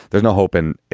there's no hope in it.